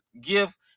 give